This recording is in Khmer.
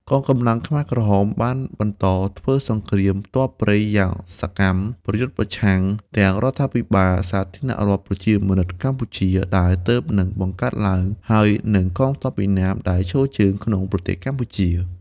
កងកម្លាំងខ្មែរក្រហមបានបន្តធ្វើសង្គ្រាមទ័ពព្រៃយ៉ាងសកម្ម ប្រយុទ្ធប្រឆាំងទាំងរដ្ឋាភិបាលសាធារណរដ្ឋប្រជាមានិតកម្ពុជា ដែលទើបនឹងបង្កើតឡើង ហើយនិងកងទ័ពវៀតណាមដែលឈរជើងក្នុងប្រទេសកម្ពុជា។